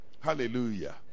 Hallelujah